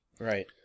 Right